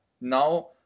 now